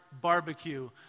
barbecue